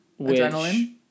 Adrenaline